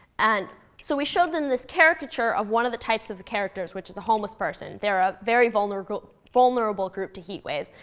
and so we showed them this caricature caricature of one of the types of the characters, which is a homeless person. they're a very vulnerable vulnerable group to heat waves.